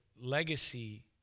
legacy